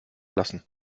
lassen